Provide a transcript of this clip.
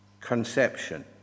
conception